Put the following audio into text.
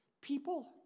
people